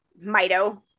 Mito